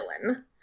villain